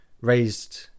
raised